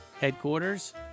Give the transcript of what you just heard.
headquarters